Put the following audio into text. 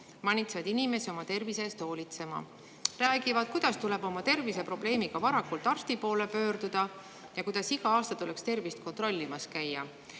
manitsevad inimesi oma tervise eest hoolitsema, räägivad, kuidas tuleb oma terviseprobleemiga varakult arsti poole pöörduda ja kuidas iga aasta tuleks tervist kontrollimas käia.